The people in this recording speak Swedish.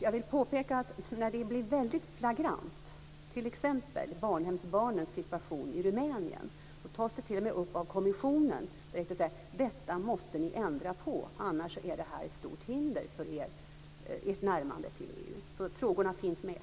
Jag vill påpeka att när det blir väldigt flagrant, t.ex. barnhemsbarnens situation i Rumänien, då tas det t.o.m. upp av kommissionen, som säger: Detta måste ni ändra på annars är detta ett stort hinder för er i ett närmande till EU. Så frågorna finns med.